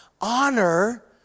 honor